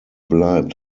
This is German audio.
bleibt